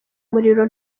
muriro